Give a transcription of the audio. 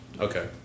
okay